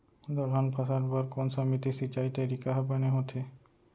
दलहन फसल बर कोन सीमित सिंचाई तरीका ह बने होथे?